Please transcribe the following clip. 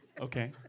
Okay